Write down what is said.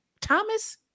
Thomas